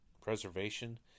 preservation